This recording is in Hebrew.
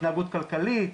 התנהגות כלכלית,